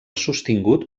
sostingut